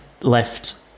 left